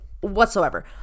whatsoever